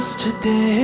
today